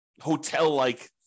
hotel-like